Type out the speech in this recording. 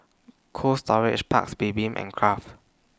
Cold Storage Paik's Bibim and Kraft